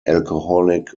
alcoholic